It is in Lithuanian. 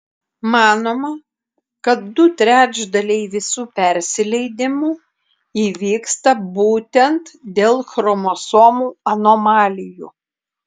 manoma kad du trečdaliai visų persileidimų įvyksta būtent dėl chromosomų anomalijų